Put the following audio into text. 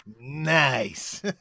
Nice